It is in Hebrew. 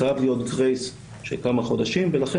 חייב להיות גרייס של כמה חודשים ולכן